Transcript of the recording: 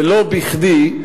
ולא בכדי.